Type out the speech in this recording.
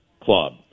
club